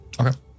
Okay